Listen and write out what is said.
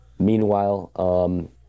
Meanwhile